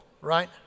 right